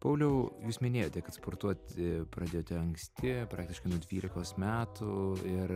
pauliau jūs minėjote kad sportuoti pradėjote anksti praktiškai nuo dvylikos metų ir